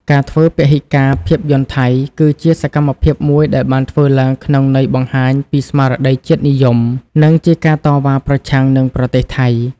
ការធ្វើពហិការភាពយន្តថៃ គឺជាសកម្មភាពមួយដែលបានធ្វើឡើងក្នុងន័យបង្ហាញពី ស្មារតីជាតិនិយម និងជាការតវ៉ាប្រឆាំងនឹងប្រទេសថៃ។